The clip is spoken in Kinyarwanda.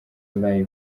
live